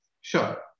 Sure